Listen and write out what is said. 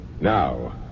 Now